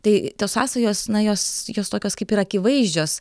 tai tos sąsajos na jos jos tokios kaip ir akivaizdžios